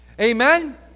Amen